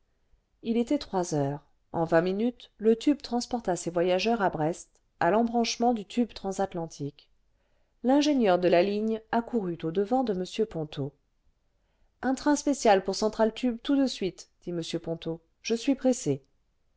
il était trois heures en vingt minutés le tube transporta ses voyageurs à brest à l'embranchement du tube transatlantique l'ingénieur de la ligne accourut au-devant de m ponto un train spécial pour central tube tout de suite dit m ponto je suis pressé